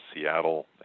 Seattle